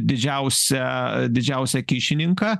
didžiausią didžiausią kyšininką